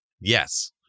Yes